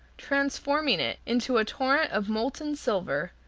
transforming it into a torrent of molten silver,